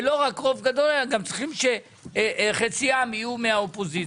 ולא רק רוב גדול אלא גם צריך שחציו יהיו מן האופוזיציה.